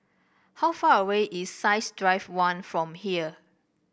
how far away is Science Drive One from here